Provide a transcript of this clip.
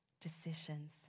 decisions